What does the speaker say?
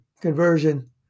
conversion